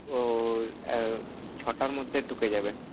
ও ছটার মধ্যে ঢুকে যাবে